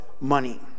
money